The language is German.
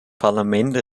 parlament